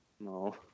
No